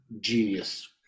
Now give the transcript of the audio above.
genius